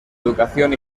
educación